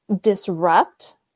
disrupt